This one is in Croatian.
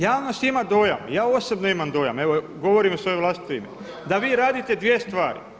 Javnost ima dojam, ja osobno imam dojam, evo govorim u svoje vlastito ime, da vi radite dvije stvari.